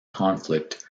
conflict